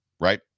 right